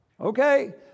Okay